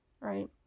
right